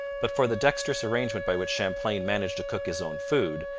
but for the dexterous arrangement by which champlain managed to cook his own food,